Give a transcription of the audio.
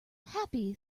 happy